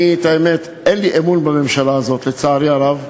האמת: אין לי אמון בממשלה, לצערי הרב,